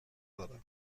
دارم